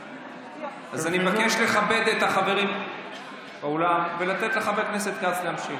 אז אני מבקש לכבד את החברים באולם ולתת לחבר הכנסת כץ להמשיך.